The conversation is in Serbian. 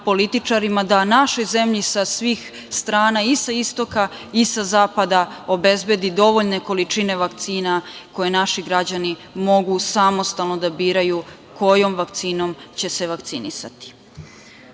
da našoj zemlji sa svih strana i sa istoka i sa zapada obezbedi dovoljne količine vakcina koje naši građani mogu samostalno da biraju kojom vakcinom će se vakcinisati. Na